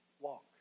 walk